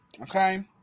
Okay